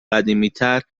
قدیمیتر